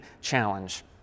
challenge